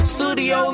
Studio